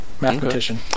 Mathematician